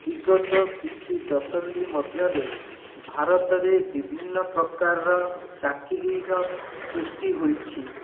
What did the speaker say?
ବିଗତ କିଛି ଦଶନ୍ଧି ମଧ୍ୟରେ ଭାରତରେ ବିଭିନ୍ନ ପ୍ରକାରର ଚାକିରୀର ସୃଷ୍ଟି ହୋଇଛି